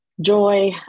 joy